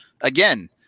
again